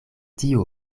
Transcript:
tiu